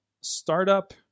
startup